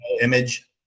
image